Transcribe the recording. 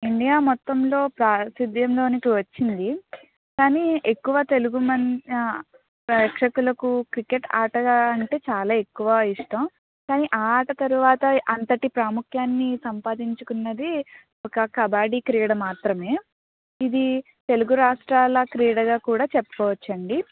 India మొత్తంలో ప్రాసిద్యంలోనికి వచ్చింది కానీ ఎక్కువ తెలుగు మం ప్రేక్షకులకు క్రికెట్ ఆటగా అంటే చాలా ఎక్కువ ఇష్టం కానీ ఆ ఆట తర్వాత అంతటి ప్రాముఖ్యాన్ని సంపాదించుకున్నది ఒక కబడ్డీ క్రీడ మాత్రమే ఇది తెలుగు రాష్ట్రాల క్రీడగా కూడా చెప్పుకోవచ్చండీ